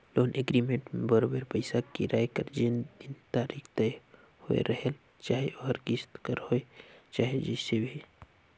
loan agreement में बरोबेर पइसा फिराए कर जेन दिन तारीख तय होए रहेल चाहे ओहर किस्त कर होए चाहे जइसे भी